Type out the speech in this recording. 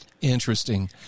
Interesting